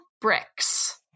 bricks